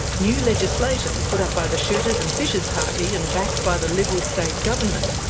new legislation, and put up by the shooters and fishers party and backed by the liberal state government,